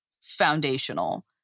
foundational